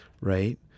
Right